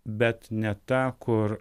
bet ne ta kur